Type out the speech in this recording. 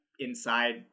inside